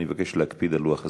אני מבקש להקפיד על לוח זמנים.